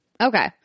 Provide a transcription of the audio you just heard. Okay